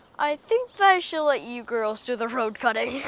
i think i shall let you girls do the road cutting.